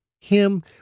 Him